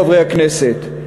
חברי הכנסת,